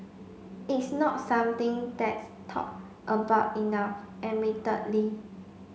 it's not something that's talked about enough admittedly